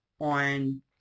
on